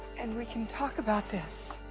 and we can talk about this?